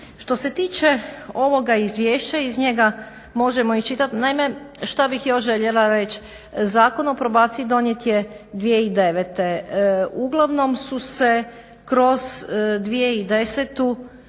Što se tiče ovoga izvješća iz njega možemo iščitati, naime šta bih još željela reći, zakon o probaciji donijet je 2009., uglavnom su se kroz 2010.i